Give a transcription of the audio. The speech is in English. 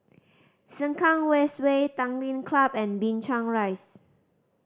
Sengkang West Way Tanglin Club and Binchang Rise